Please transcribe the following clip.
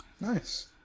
Nice